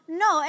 no